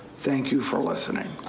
thank you for listening.